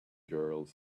girls